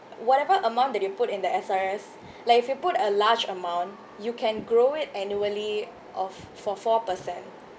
whatever amount that you put in the S_R_S like if you put a large amount you can grow it annually of for four percent